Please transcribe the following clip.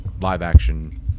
live-action